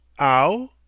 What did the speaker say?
Ow